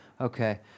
Okay